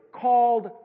called